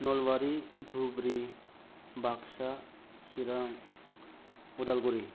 Nalbari Dhubri Baksa Chirang Udalguri